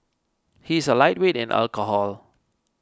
he is a lightweight in alcohol